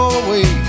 away